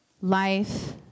life